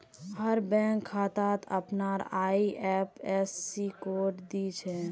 हर bank खातात अपनार IFSC code दि छे